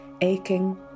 aching